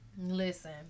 Listen